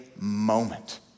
moment